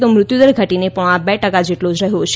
તો મૃત્યુદર ઘટીને પોણા બે ટકા જેટલો જ રહ્યો છે